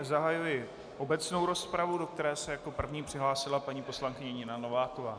Zahajuji obecnou rozpravu, do které se jako první přihlásila paní poslankyně Nina Nováková.